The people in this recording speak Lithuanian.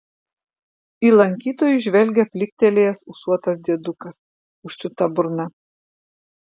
į lankytojus žvelgia pliktelėjęs ūsuotas diedukas užsiūta burna